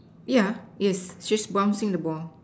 yeah is she's bouncing the ball